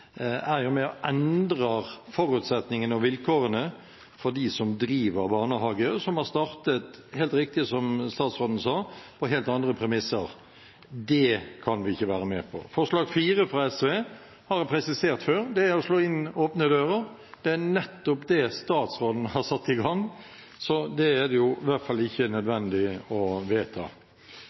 med og endrer forutsetningene og vilkårene for de som driver barnehager, og som har startet – som statsråden helt riktig sa – på helt andre premisser. Det kan vi ikke være med på. Forslag nr. 4, fra SV: Jeg har presisert før at det er å slå inn åpne dører. Det er nettopp det statsråden har satt i gang, så det er det i hvert fall ikke nødvendig å vedta.